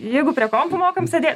jeigu prie kompų mokam sėdėt